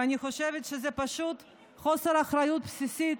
ואני חושבת שזה פשוט חוסר אחריות בסיסי.